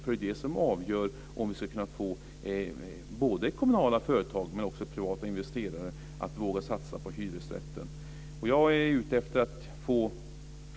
Det är ju det som är avgörande för att kunna få både kommunala företag och privata investerare att våga satsa på hyresrätten.